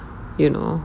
you know